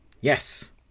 yes